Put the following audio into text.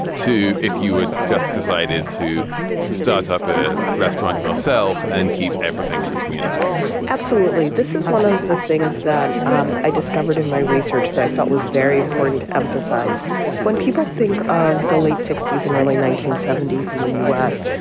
too, if you had just decided to start up a restaurant yourself and keep everything in the community absolutely. this is one of the things that um i discovered in my research that i felt was very important to emphasize when people think of the late sixty s and early nineteen seventy s in the u s,